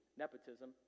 nepotism